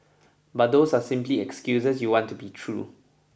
but those are simply excuses you want to be true